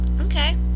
Okay